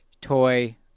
toy